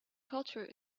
culture